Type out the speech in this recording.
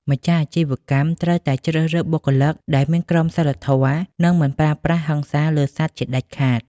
ម្ចាស់អាជីវកម្មត្រូវតែជ្រើសរើសបុគ្គលិកដែលមានក្រមសីលធម៌ និងមិនប្រើប្រាស់ហិង្សាលើសត្វជាដាច់ខាត។